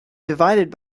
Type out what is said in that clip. divided